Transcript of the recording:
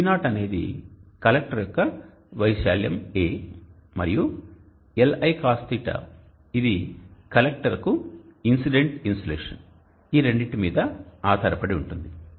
P0 అనేది collector యొక్క వైశాల్యం మరియు Li cos θ ఇది కలెక్టర్కు ఇన్సిడెంట్ ఇన్సులేషన్ ఈ రెండింటి మీద ఆధారపడి ఉంటుంది